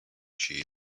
she